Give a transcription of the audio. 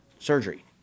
Surgery